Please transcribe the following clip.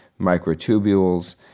microtubules